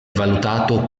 valutato